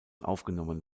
aufgenommen